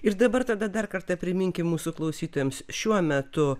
ir dabar tada dar kartą priminkim mūsų klausytojams šiuo metu